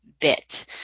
bit